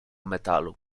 metalu